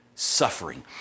suffering